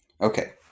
Okay